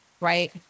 right